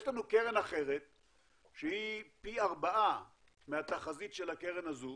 יש לנו קרן אחרת שהיא פי ארבעה מהתחזית של הקרן הזו